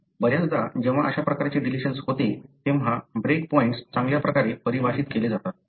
बऱ्याचदा जेव्हा अशा प्रकारचे डिलिशन्स होते तेव्हा ब्रेक पॉइंट्स चांगल्या प्रकारे परिभाषित केले जातात